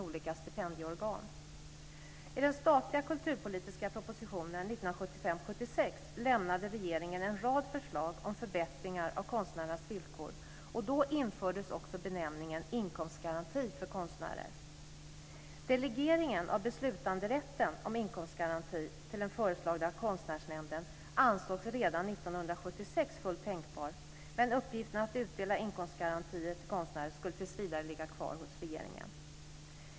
1975/76 lämnade regeringen en rad förslag om förbättringar av konstnärernas villkor, och då infördes också benämningen inkomstgaranti för konstnärer. Delegeringen av beslutanderätten när det gäller inkomstgarantin till den föreslagna Konstnärsnämnden ansågs redan 1976 fullt tänkbar, men uppgiften att utdela inkomstgarantier till konstnärer skulle tills vidare ligga kvar hos regeringen.